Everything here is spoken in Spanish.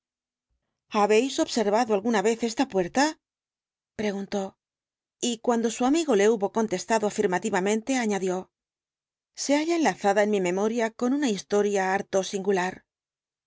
habéis observado alguna vez esta puerta preguntó y cuando su amigo le hubo contestado afirmativamente añadió se halla enlazada en mi memoria con una historia harto singular